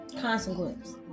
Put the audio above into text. consequence